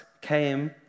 came